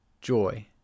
joy